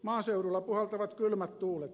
maaseudulla puhaltavat kylmät tuulet